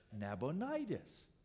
Nabonidus